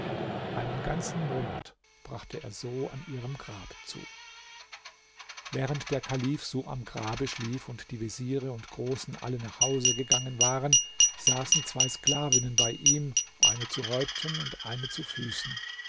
einen ganzen monat brachte er er so an ihrem grab zu während der kalif so am grabe schlief und die veziere und großen alle nach hause gegangen waren saßen zwei sklavinnen bei ihm eine zu häupten und eine zu füßen